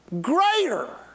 greater